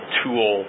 tool